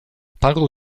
paru